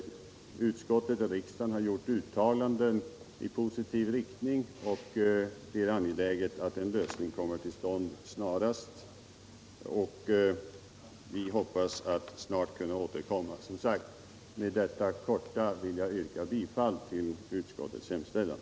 Utskottet och riksdagen har gjort uttalanden i positiv riktning, och det är angeläget att en lösning kommer till stånd snarast. Vi hoppas som sagt att snart kunna återkomma. Med detta korta inlägg vill jag yrka bifall till utskottets hemställan.